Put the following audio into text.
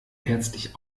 herzlich